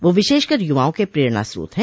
वह विशेषकर युवाओं के प्रेरणा स्रोत हैं